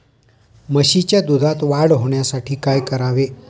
म्हशीच्या दुधात वाढ होण्यासाठी काय करावे?